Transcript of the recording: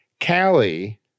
Callie